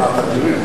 אה, תאצ'ריסט.